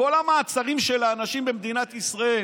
כל המעצרים של האנשים במדינת ישראל